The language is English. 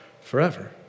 forever